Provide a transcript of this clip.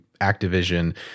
activision